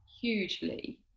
hugely